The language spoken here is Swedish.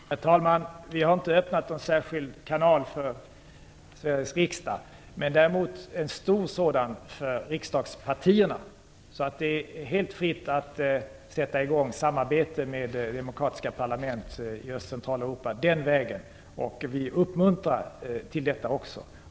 Herr talman! Vi har inte öppnat någon särskild kanal för Sveriges riksdag, däremot en stor sådan för riksdagspartierna. Det är helt fritt att sätta i gång samarbete med demokratiska parlament i Öst och Centraleuropa den vägen. Vi uppmuntrar också till detta.